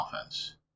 offense